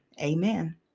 Amen